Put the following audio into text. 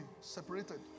separated